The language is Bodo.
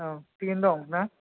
औ थिकयैनो दं ना